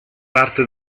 parte